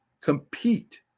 compete